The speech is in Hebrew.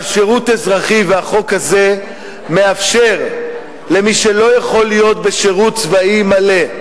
אבל שירות אזרחי והחוק הזה מאפשרים למי שלא יכול להיות בשירות צבאי מלא,